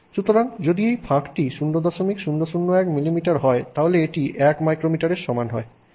সুতরাং যদি এই ফাঁকটি 0001 মিলিমিটার হয় তাহলে এটি 1 মাইক্রোমিটারের সমান হয়